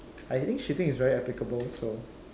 I think shitting is very applicable so